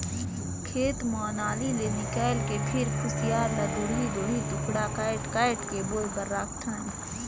खेत म नाली ले निकायल के फिर खुसियार ल दूढ़ी दूढ़ी टुकड़ा कायट कायट के बोए बर राखथन